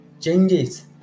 changes